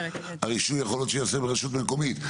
הרישוי, יכול להיות שייעשה ברשות המקומית.